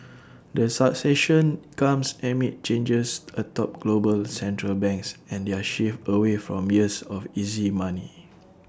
the succession comes amid changes atop global central banks and their shift away from years of easy money